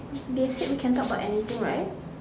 they said we can talk about anything right